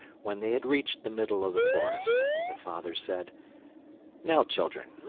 when they had reached the middle of the forest the father said now, children,